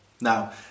Now